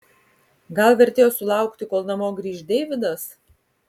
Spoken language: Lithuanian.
gal vertėjo sulaukti kol namo grįš deividas